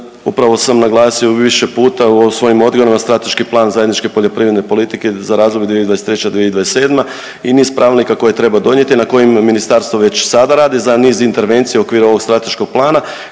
upravo sam naglasio više puta u ovim svojim odgovorima strateški plan zajedničke poljoprivredne politike za razdoblje 2023.-2027. i niz pravilnika koje treba donijeti, na kojim ministarstvo već sada radi za niz intervencija u okviru ovog strateškog plana